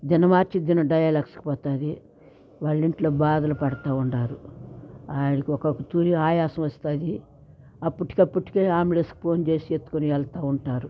దినం మార్చి దినం డయాలక్స్కి పోతుంది వాళ్ళింట్లో బాధలు పడుతూ ఉన్నారు ఆయనకి ఒకతూలి ఆయాసం వస్తుంది అప్పటికప్పటికే ఆంబులెన్స్కి ఫోన్ చేసి ఎత్తుకుని వెళ్తూ ఉంటారు